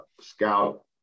scout